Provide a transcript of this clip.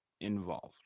involved